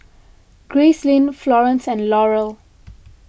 Gracelyn Florene and Laurel